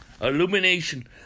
Illumination